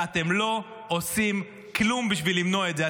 ואתם לא עושים כלום בשביל למנוע את זה.